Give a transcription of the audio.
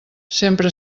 sempre